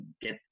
get